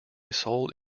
sold